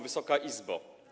Wysoka Izbo!